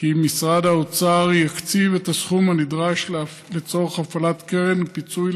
כי משרד האוצר יקציב את הסכום הנדרש לצורך הפעלת קרן פיצוי